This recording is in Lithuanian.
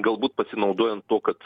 galbūt pasinaudojant tuo kad